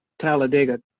Talladega